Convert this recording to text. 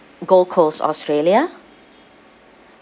gold coast australia